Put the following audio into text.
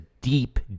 deep